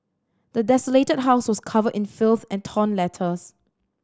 the desolated house was covered in filth and torn letters